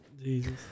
Jesus